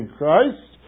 Christ